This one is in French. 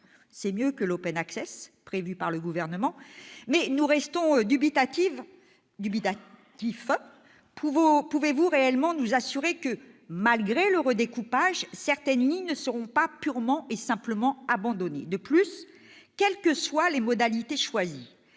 c'est mieux que l'prévu par le Gouvernement, mais nous restons dubitatifs. Pouvez-vous réellement nous assurer que, malgré ce redécoupage, certaines lignes ne seront pas purement et simplement abandonnées ? De plus, quelles que soient les modalités choisies,